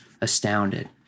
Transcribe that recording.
astounded